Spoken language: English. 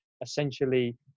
essentially